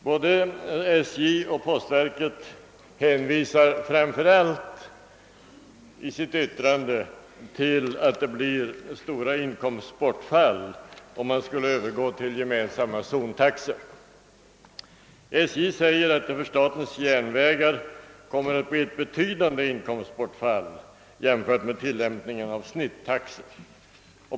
Både SJ och postverket hänvisar i sina yttranden framför allt till att det blir ett inkomstbortfall, om man skulle övergå till gemensamma zontaxor. SJ säger att det för statens järnvägar kommer att bli ett betydande inkomstbortfall jämfört med tillämpningen av snittaxor.